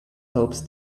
helps